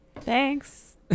Thanks